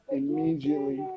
immediately